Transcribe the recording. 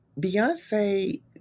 Beyonce